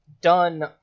done